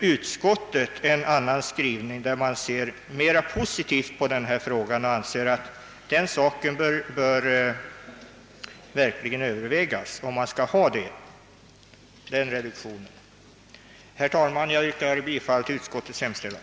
Utskottet ser mera positivt på den frågan och anser att reduktionen leder till alltför kraftiga begränsningar av bilkostnadsavdragen. Jag ber att få yrka bifall till utskottets hemställan.